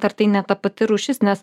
ar tai ne ta pati rūšis nes